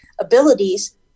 abilities